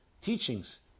teachings